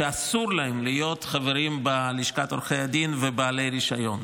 שאסור להם להיות חברים בלשכת עורכי הדין ובעלי רישיון,